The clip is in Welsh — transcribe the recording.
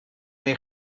neu